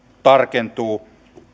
tarkentuu